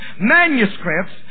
manuscripts